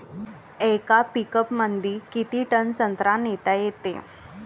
येका पिकअपमंदी किती टन संत्रा नेता येते?